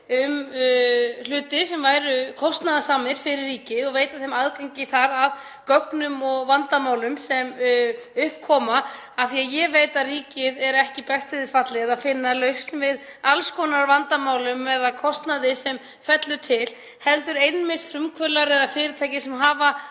hluti sem eru kostnaðarsamir fyrir ríkið og veita þeim aðgengi að gögnum og vandamálum sem upp koma, af því að ég veit að ríkið er ekki best til þess fallið að finna lausnir á alls konar vandamálum eða kostnaði sem fellur til heldur einmitt frumkvöðlar eða fyrirtæki sem hafa